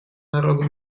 народу